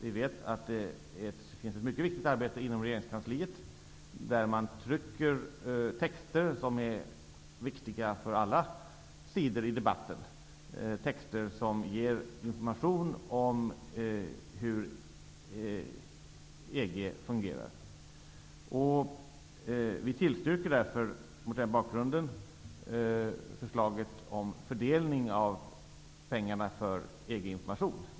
Vi vet att det pågår ett mycket viktigt arbete inom regeringskansliet, där man trycker texter som är viktiga för alla sidor i debatten, texter som ger information om hur EG fungerar. Vi tillstyrker mot den bakgrunden förslaget om fördelning av pengarna för EG-information.